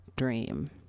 dream